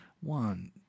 one